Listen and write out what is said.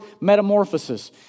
metamorphosis